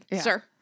sir